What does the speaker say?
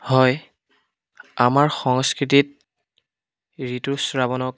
হয় আমাৰ সংস্কৃতিত ঋতুস্ৰাৱক